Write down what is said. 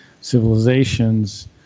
civilizations